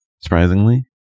surprisingly